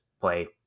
play